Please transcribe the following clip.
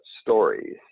stories